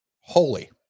Holy